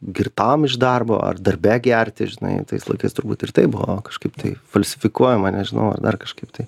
girtam iš darbo ar darbe gerti žinai tais laikais turbūt ir tai buvo kažkaip tai falsifikuojama nežinau ar dar kažkaip tai